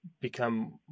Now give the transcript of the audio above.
become